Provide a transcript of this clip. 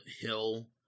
Hill